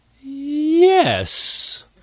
Yes